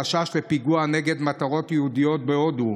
חשש לפיגוע נגד מטרות יהודיות בהודו.